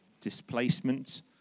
displacement